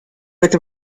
with